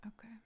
Okay